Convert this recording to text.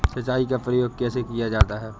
सिंचाई का प्रयोग कैसे किया जाता है?